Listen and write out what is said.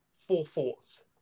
Four-fourths